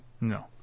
No